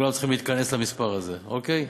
כולם צריכים להתכנס למספר הזה, אוקיי?